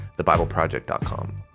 thebibleproject.com